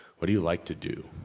what do you like to do.